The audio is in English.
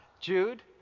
Jude